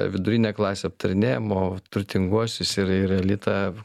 vidurinę klasę aptarinėjam o turtinguosius ir ir elitą